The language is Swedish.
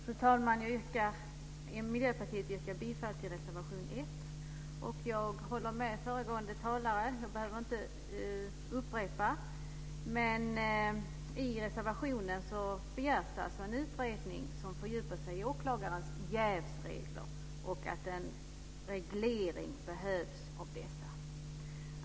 Fru talman! Miljöpartiet yrkar bifall till reservation 1. Jag håller med föregående talare och behöver inte upprepa hennes argument. I reservationen begärs en utredning som fördjupar sig i frågan om åklagarnas jävsförhållanden och överväger en särskild reglering av dessa.